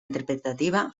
interpretativa